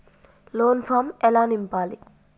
Loan form ఎలా నింపాలి?